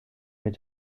mit